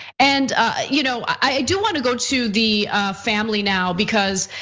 and ah you know i do want to go to the family now, because,